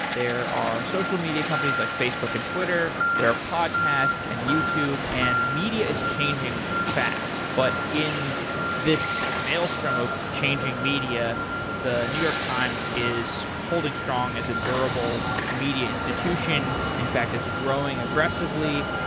there are social media companies like facebook and twitter, there are podcasts and youtube and media is changing fast. but in this maelstrom of changing media the new york times is holding strong as a durable media institution in fact it's growing aggressively.